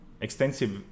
extensive